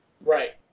Right